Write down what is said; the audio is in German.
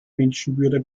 menschenwürde